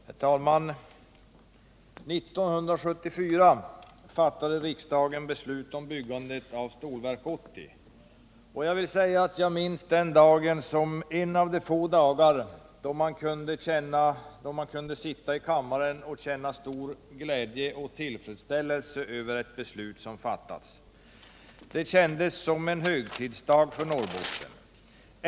Herr talman! År 1974 fattade riksdagen beslut om byggandet av Stålverk 80. Jag minns den dagen som en av de få dagar då man kunde sitta i kammaren och känna stor glädje och tillfredsställelse över ett beslut som fattats. Det kändes som en högtidsdag för Norrbotten.